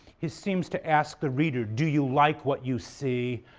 he seems to ask the reader, do you like what you see,